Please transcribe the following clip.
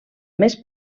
més